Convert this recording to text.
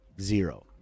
Zero